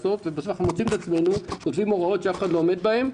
בסוף אנחנו מוצאים את עצמנו כותבים הוראות שאף אחד לא עומד בהן.